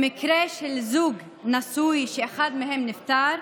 במקרה של זוג נשוי שאחד מהם נפטר,